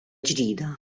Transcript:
ġdida